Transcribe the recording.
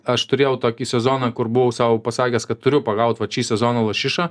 aš turėjau tokį sezoną kur buvau sau pasakęs kad turiu pagaut vat šį sezoną lašišą